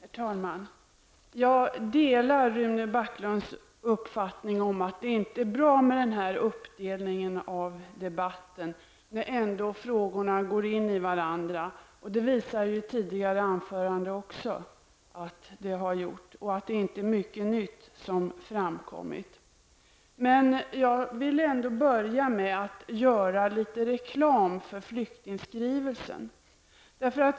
Herr talman! Jag delar Rune Backlunds uppfattning att det inte är bra med denna uppdelning av debatten. Frågorna går ändå in i varandra. Detta visar också tidigare anföranden. Det är inte mycket nytt som framkommit. Jag vill börja med att göra litet reklam för flyktingskrivelsen.